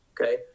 Okay